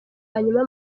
hanyuma